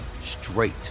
straight